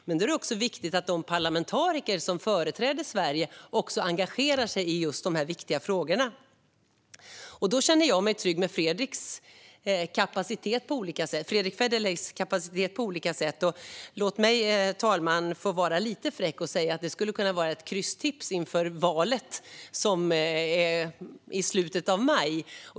Men det är också viktigt att de parlamentariker som företräder Sverige engagerar sig i just dessa viktiga frågor. Där känner jag mig trygg med Fredrick Federleys kapacitet på olika sätt. Låt mig, fru talman, vara lite fräck och säga att det skulle kunna vara ett krysstips inför valet i slutet av maj.